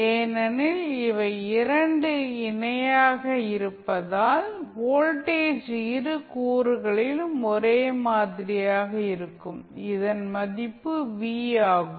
ஏனெனில் இவை இரண்டும் இணையாக இருப்பதால் வோல்டேஜ் இரு கூறுகளிலும் ஒரே மாதிரியாக இருக்கும் இதன் மதிப்பு v ஆகும்